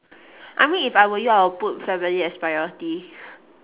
I mean if I were you I would put family as priority